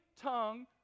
tongue